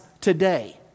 today